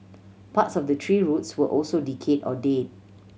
parts of the tree roots were also decayed or dead